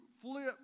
flip